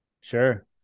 Sure